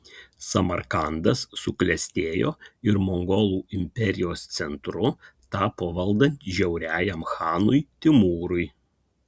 samarkandas suklestėjo ir mongolų imperijos centru tapo valdant žiauriajam chanui timūrui